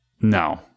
no